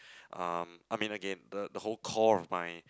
um I mean again the the whole core of my